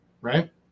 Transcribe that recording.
right